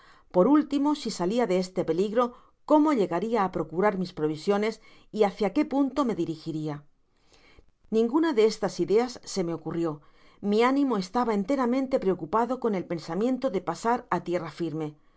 por último si salia de este peligro cómo llegaria á procurar mis provisiones y hácia qué punto me dirigiria ninguna de estas ideas se me ocurrio mi ánimo estaba enteramente preocupado con el pensamiento de pasar á tierra firme